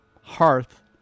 hearth